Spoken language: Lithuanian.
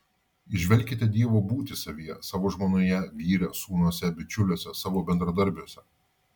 įžvelkite dievo būtį savyje savo žmonoje vyre sūnuose bičiuliuose savo bendradarbiuose